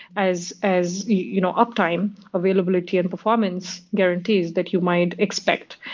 as as you know uptime availability and performance guarantees that you might expect,